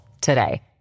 today